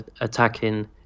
attacking